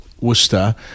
Worcester